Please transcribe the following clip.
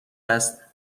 است